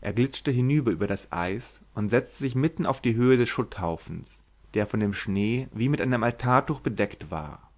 er glitschte hinüber über das eis und setzte sich mitten auf die höhe des schutthaufens der von dem schnee wie mit einem altartuch bedeckt war